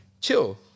chill